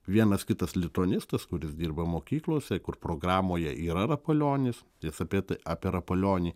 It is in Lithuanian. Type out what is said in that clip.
vienas kitas lituanistas kuris dirba mokyklose kur programoje yra rapolionis nes apie tai apie rapolionį